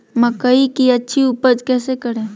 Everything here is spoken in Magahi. मकई की अच्छी उपज कैसे करे?